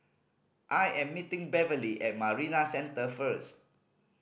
I am meeting Beverly at Marina Centre first